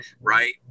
right